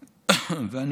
וביראה,